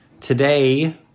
Today